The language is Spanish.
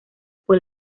fue